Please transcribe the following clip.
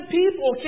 people